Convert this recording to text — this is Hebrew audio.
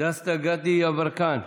דסטה גדי יברקן,